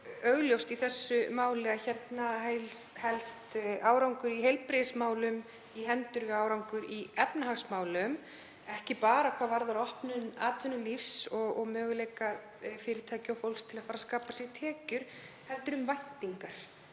augljóst í þessu máli að árangur í heilbrigðismálum helst í hendur við árangur í efnahagsmálum, ekki bara hvað varðar opnun atvinnulífs og möguleika fyrirtækja og fólks til að fara að skapa sér tekjur, heldur einnig